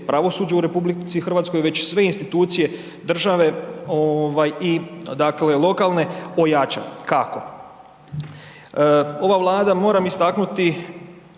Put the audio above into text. pravosuđa u RH već sve institucije države i lokalne ojača. Kako? Ova Vlada moram istaknuti